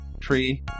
tree